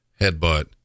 headbutt